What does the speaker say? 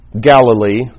Galilee